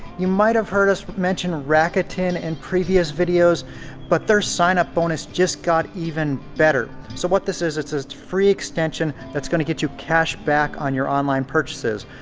you might have heard us mention rakuten in previous videos but their signup bonus just got even better. so what this is it's a free extension that's going to get you cash back on your online purchases.